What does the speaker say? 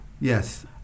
yes